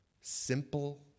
simple